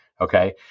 Okay